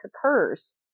occurs